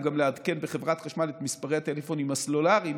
גם לעדכן בחברת חשמל את מספרי הטלפונים הסלולריים,